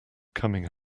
coming